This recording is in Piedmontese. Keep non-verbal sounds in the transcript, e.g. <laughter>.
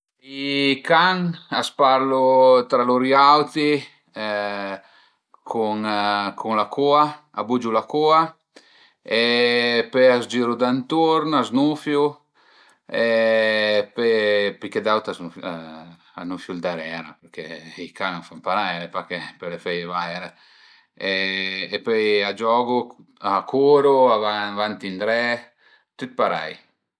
I can a s'parlu tra lur auti <hesitation> cun cun la cua,a bugiu la cua e pöi a s'giru danturn, a s'nufiu e pi che d'aut a s'nufiu ël darera përché i can a fan parei, l'e pa che pöle feie vaire e pöi a giogu, a curu, a van avanti e ëndré, tüt parei